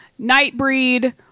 Nightbreed